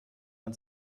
man